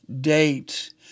date